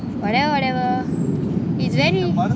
but then whatever it's very